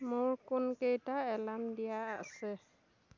মোৰ কোনকেইটা এলাৰ্ম দিয়া আছে